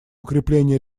укрепление